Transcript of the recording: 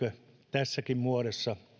tässäkin muodossa